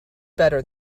better